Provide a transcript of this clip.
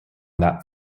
that